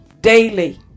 daily